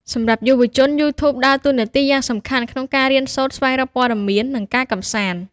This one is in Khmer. សម្រាប់យុវជន YouTube ដើរតួនាទីយ៉ាងសំខាន់ក្នុងការរៀនសូត្រ ស្វែងរកព័ត៌មាន និងការកម្សាន្ត។